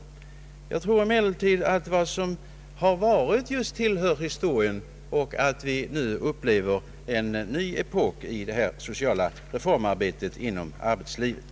Jag tror emellertid att detta tillhör historien, och att vi nu upplever en ny epok inom det sociala reformarbetet inom arbetslivet.